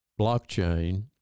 blockchain